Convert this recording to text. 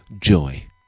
joy